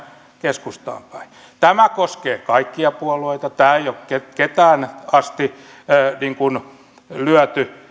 keskustaan päin tämä koskee kaikkia puolueita tämä ei ole ketään kohti lyöty